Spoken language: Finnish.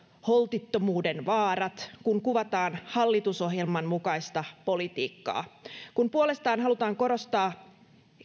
holtittomuuden vaarat kun kuvataan hallitusohjelman mukaista politiikkaa kun puolestaan halutaan korostaa